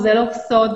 זה לא סוד,